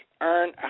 earn